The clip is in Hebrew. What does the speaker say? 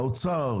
האוצר